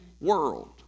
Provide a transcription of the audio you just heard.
world